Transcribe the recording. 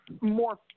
more